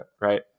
Right